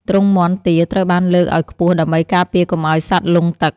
ទ្រុងមាន់ទាត្រូវបានលើកឱ្យខ្ពស់ដើម្បីការពារកុំឱ្យសត្វលង់ទឹក។